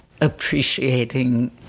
appreciating